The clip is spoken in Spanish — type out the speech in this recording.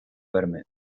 verme